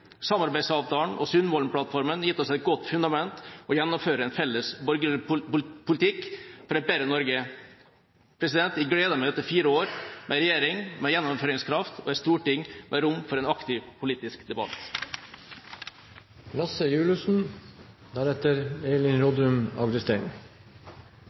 Samarbeidsavtalen og Sundvolden-plattformen har gitt oss et godt fundament for å gjennomføre en felles, borgerlig politikk for et bedre Norge. Jeg gleder meg til fire år med en regjering med gjennomføringskraft og et storting med rom for en aktiv politisk